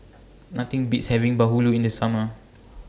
Nothing Beats having Bahulu in The Summer